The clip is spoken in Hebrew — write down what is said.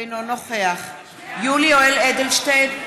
אינו נוכח יולי יואל אדלשטיין,